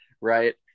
right